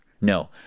No